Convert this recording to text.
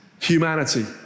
humanity